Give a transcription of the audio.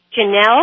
Janelle